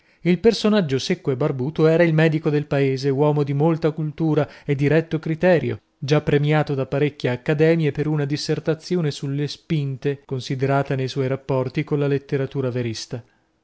il personaggio secco e barbuto era il medico del paese uomo di molta coltura e di retto criterio già premiato da parecchie accademie per una dissertazione sulla spinite considerata ne suoi rapporti colla letteratura verista